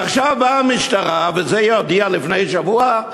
עכשיו באה המשטרה, ואת זה היא הודיעה לפני שבוע,